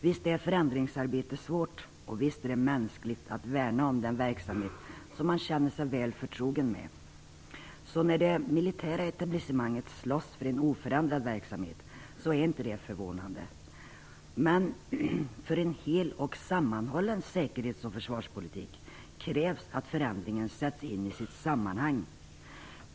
Visst är förändringsarbete svårt och visst är det mänskligt att värna om den verksamhet som man känner sig väl förtrogen med. Så när det militära etablissemanget slåss för en oförändrad verksamhet är det inte förvånande. Men för en hel och sammanhållen säkerhets och försvarspolitik krävs att förändringen sätts in i sitt sammanhang.